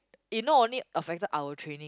it not only affected our training